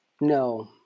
No